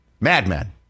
Madman